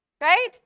Right